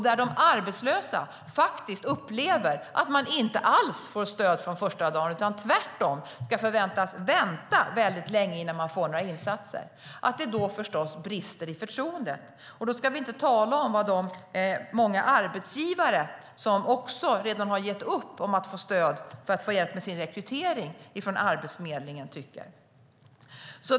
De arbetslösa upplever att de inte får något stöd från första dagen, utan de förväntas att vänta väldigt länge innan de får några insatser. Då brister det förstås i förtroendet. Och då ska vi inte tala om de många arbetsgivare som redan har gett upp när det gäller att få Arbetsförmedlingens hjälp med sin rekrytering.